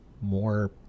more